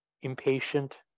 impatient